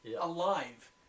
alive